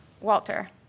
Walter